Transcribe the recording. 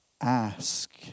ask